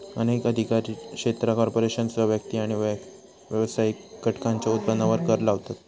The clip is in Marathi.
अनेक अधिकार क्षेत्रा कॉर्पोरेशनसह व्यक्ती आणि व्यावसायिक घटकांच्यो उत्पन्नावर कर लावतत